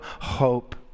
hope